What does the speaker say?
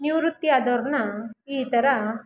ನಿವೃತ್ತಿ ಆದೋರನ್ನು ಈ ಥರ